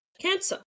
cancer